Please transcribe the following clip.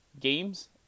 games